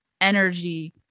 energy